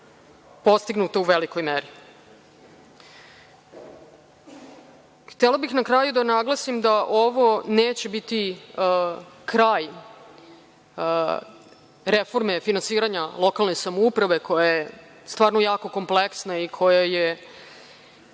postignuta u velikoj meri. JHtela bih na kraju da naglasim da ovo neće biti kraj reforme finansiranja lokalne samouprave koja je jako kompleksna i koja u